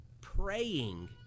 praying